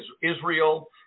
Israel